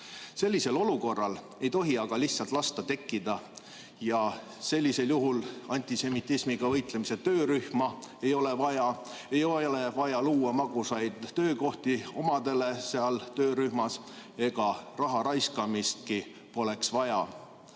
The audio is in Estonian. Sellisel olukorral ei tohi aga lihtsalt lasta tekkida. Sellisel juhul poleks antisemitismiga võitlemise töörühma vaja, ei ole vaja luua magusaid töökohti omadele seal töörühmas ja raha raiskamist poleks vaja.